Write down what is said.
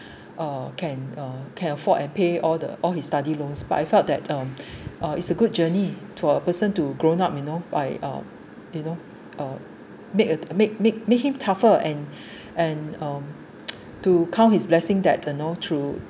uh can uh can afford and pay all the all his study loans but I felt that um uh it's a good journey to a person to grown up you know by um you know uh make a make make make him tougher and and um to count his blessing that you know through